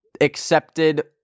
accepted